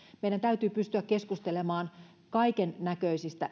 meidän täytyy pystyä keskustelemaan kaikennäköisistä